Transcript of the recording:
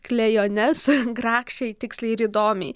klejones grakščiai tiksliai ir įdomiai